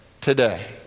today